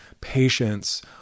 patience